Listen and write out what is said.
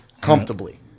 Comfortably